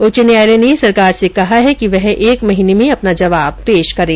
उच्च न्यायालय ने सरकार से कहा है कि वह एक महीने में अपना जवाब पेश करें